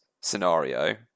scenario